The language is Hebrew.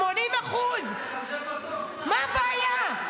80%. מה הבעיה?